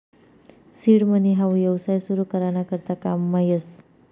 seed money हाऊ येवसाय सुरु करा ना करता काममा येस